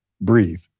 breathe